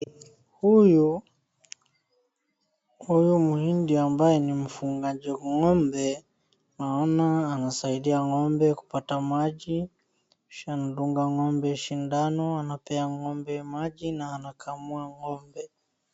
Huyu, huyu mhindi ambaye ni mfugaji ng'ombe, naona anasaidia ng'ombe kupata maji, kisha anadunga ng'ombe sindano, anapea ng'ombe maji, na anakamua ng'ombe.